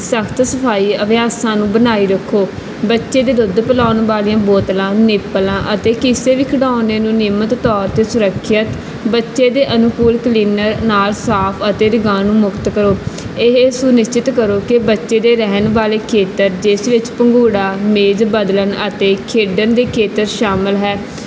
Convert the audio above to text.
ਸਖਤ ਸਫ਼ਾਈ ਅਭਿਆਸਾਂ ਨੂੰ ਬਣਾਈ ਰੱਖੋ ਬੱਚੇ ਦੇ ਦੁੱਧ ਪਿਲਾਉਣ ਵਾਲੀਆਂ ਬੋਤਲਾਂ ਨਿੱਪਲਾਂ ਅਤੇ ਕਿਸੇ ਵੀ ਖਿਡੌਣੇ ਨੂੰ ਨਿਯਮਤ ਤੋਰ 'ਤੇ ਸੁਰੱਖਿਅਤ ਬੱਚੇ ਦੇ ਅਨੁਕੂਲ ਕਲੀਨਰ ਨਾਲ ਸਾਫ਼ ਅਤੇ ਰੋਗਾਣੂ ਮੁਕਤ ਕਰੋ ਇਹ ਸੁਨਿਸ਼ਚਿਤ ਕਰੋ ਕਿ ਬੱਚੇ ਦੇ ਰਹਿਣ ਵਾਲੇ ਖੇਤਰ ਜਿਸ ਵਿੱਚ ਪੰਘੂੜਾ ਮੇਜ਼ ਬਦਲਣ ਅਤੇ ਖੇਡਣ ਦੇ ਖੇਤਰ ਸ਼ਾਮਲ ਹੈ